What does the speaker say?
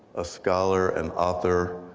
a scholar, an author,